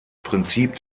prinzip